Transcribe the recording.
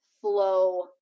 flow